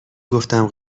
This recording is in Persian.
گفتم